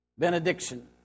Benediction